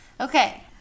Okay